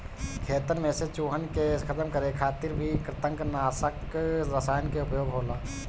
खेतन में से चूहन के खतम करे खातिर भी कृतंकनाशक रसायन के उपयोग होला